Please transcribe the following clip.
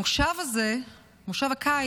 המושב הזה, מושב הקיץ,